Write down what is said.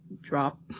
drop